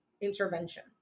intervention